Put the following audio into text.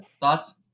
Thoughts